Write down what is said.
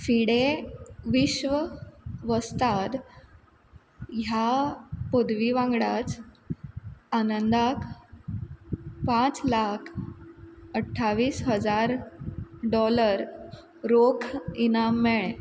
FIDE विश्व वस्ताद ह्या पदवी वांगडाच आनंदाक पांच लाख अठ्ठावीस हजार डॉलर रोख इनाम मेळें